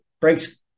breaks